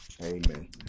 Amen